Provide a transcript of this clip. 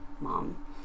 Mom